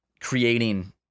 creating